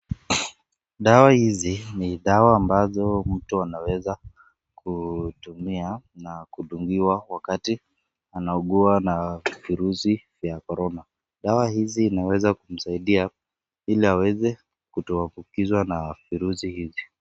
Dawa hizi ni dawa ambazo mtu anaweza kutumia na kudungiwa wakati anaugua na virusi vya korona dawa hizi inaweza kumsaidia ili aweze kutoambukizwa na virusi hivi.